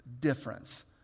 difference